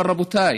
אבל רבותיי,